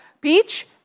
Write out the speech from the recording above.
Peach